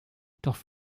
doch